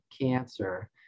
cancer